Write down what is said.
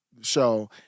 show